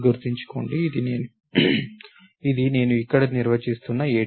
గుర్తుంచుకోండి ఇది నేను ఇక్కడ నిర్వచిస్తున్న ADT